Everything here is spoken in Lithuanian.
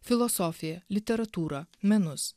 filosofiją literatūrą menus